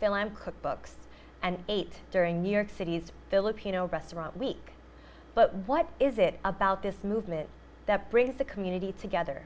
film cookbooks and ate during new york city's filipino restaurant week but what is it about this movement that brings the community together